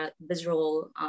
visual